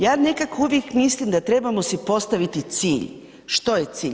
Ja nekako uvijek mislim da trebamo si postaviti cilj, što je cilj.